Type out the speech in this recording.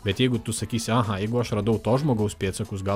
bet jeigu tu sakysi aha jeigu aš radau to žmogaus pėdsakus gal